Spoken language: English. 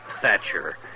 Thatcher